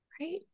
right